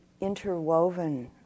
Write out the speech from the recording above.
interwoven